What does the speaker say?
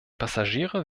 passagiere